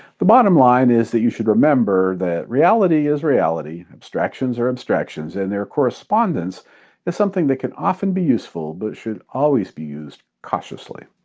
the bottom line is that you should remember that reality is reality, abstractions are abstractions, and their correspondence is something that can often be useful, but should always be used cautiously.